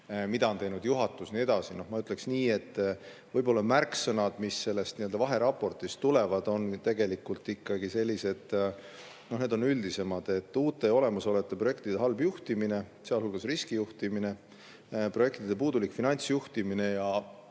mida on teinud juhatus ja nii edasi. Ma ütleksin nii, et võib-olla on märksõnad, mis sellest vaheraportist tulevad, tegelikult ikkagi sellised üldisemad: uute ja olemasolevate projektide halb juhtimine, sealhulgas riskijuhtimine, projektide puudulik finantsjuhtimine ja